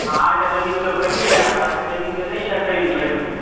अहाँ आओरके जमीनके वैल्यू यए हमरा आओरके जमीनके नहि छै अखन वैल्यू